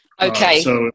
okay